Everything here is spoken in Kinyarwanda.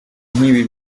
nk’ibi